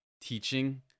teaching